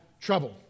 trouble